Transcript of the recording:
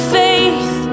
faith